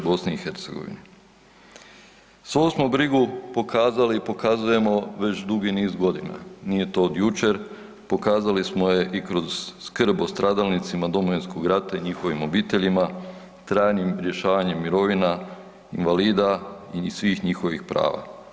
Svu smo brigu pokazali i pokazujemo već dugi niz godina, nije to od jučer, pokazali smo je i kroz skrb o stradalnicima Domovinskog rata i njihovim obiteljima trajnim rješavanjem mirovina invalida i svih njihovih prava.